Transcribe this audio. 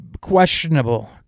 questionable